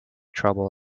trouble